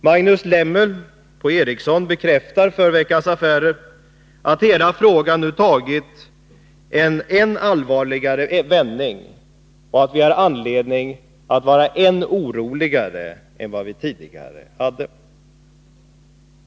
Magnus Lemmel på L M Ericsson bekräftar för Veckans Affärer att hela frågan nu tagit en än allvarligare vändning och att vi har anledning att vara ännu oroligare än vad vi tidigare hade.